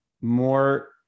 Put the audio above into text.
more